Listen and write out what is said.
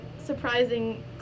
surprising